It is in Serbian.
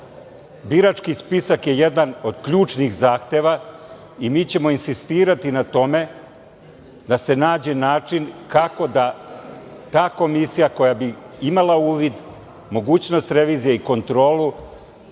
spisak je jedan od ključnih zahteva i mi ćemo insistirati na tome da se nađe način kako da ta komisija koja bi imala uvid, mogućnost revizije i kontrolu